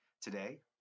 today